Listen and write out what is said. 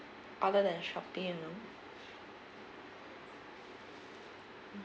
other than Shopee you know